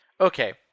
Okay